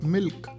Milk